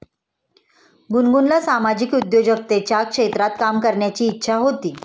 गुनगुनला सामाजिक उद्योजकतेच्या क्षेत्रात काम करण्याची इच्छा होती